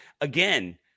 again